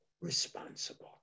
responsible